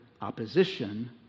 opposition